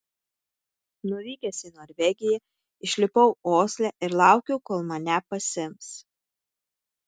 nuvykęs į norvegiją išlipau osle ir laukiau kol mane pasiims